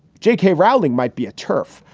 j k. rowling might be a turf.